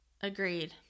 Agreed